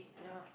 ya